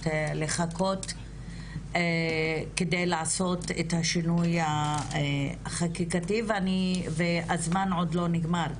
לחכות כדי לעשות את השינוי החקיקתי והזמן עוד לא נגמר.